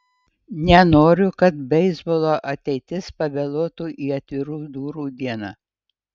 nenoriu kad beisbolo ateitis pavėluotų į atvirų durų dieną